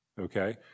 Okay